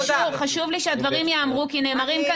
חשוב לי שהדברים ייאמרו כי נאמרים כאן